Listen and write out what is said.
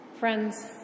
Friends